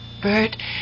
Bert